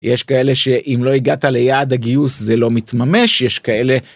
יש כאלה שאם לא הגעת ליעד הגיוס זה לא מתממש יש כאלה.